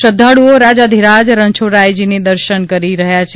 શ્રધ્ધાળુઓ રાજાધિરાજ રણછોડરાયજીની દર્શન કરી રહ્યા છે